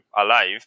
alive